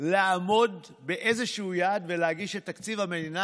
לעמוד באיזשהו יעד ולהגיש את תקציב המדינה